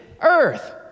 earth